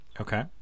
Okay